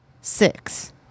six